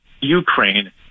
Ukraine